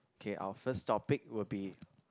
okay our first topic will be